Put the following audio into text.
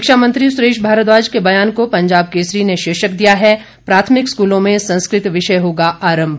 शिक्षा मंत्री सुरेश भारद्वाज के बयान को पंजाब केसरी ने शीर्षक दिया है प्राथमिक स्कूलों में संस्कृत विषय होगा आरंभ